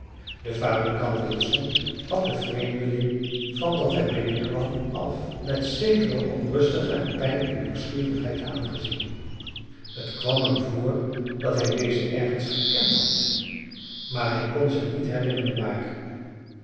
de fabrikant wilson had den vreemdeling van dat hij binnenkwam af met zekere onrustige en pijnlijke nieuwsgierigheid aangezien het kwam hem voor dat hij dezen ergens gekend had maar hij kon zich niet herinneren waar